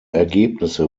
ergebnisse